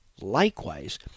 Likewise